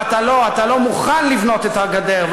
ואתה לא מוכן לבנות את הגדר,